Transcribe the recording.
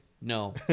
no